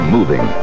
moving